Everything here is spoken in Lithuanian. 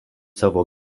savo